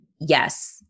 yes